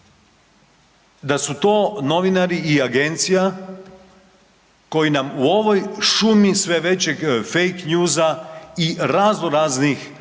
da su to novinari i agencija koji nam u ovoj šumi sve većeg fakenewsa i raznoraznih